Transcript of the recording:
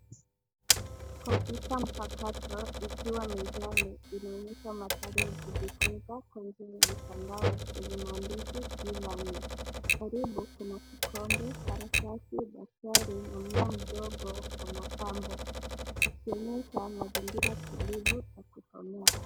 Kompyuta mpakato ikiwa mezani inaonyesha mandhari ya kujifunza kwa ajili ya mtandao yenye maandishi e-learning .Karibu kuna kikombe, karatasi, daftari na mmea mdogo wa mapambo ikionyesha mazingira tulivu ya kusomea.